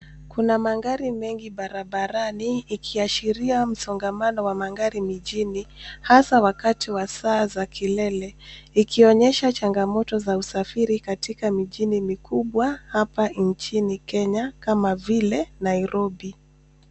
Kuna magari mengi barabarani, ikiashiria msongamano wa magari mjini, hasa wakati wa saa za kilele, ikionyesha changamoto za usafiri katika miji mikubwa hapa nchini Kenya kama vile Nairobi.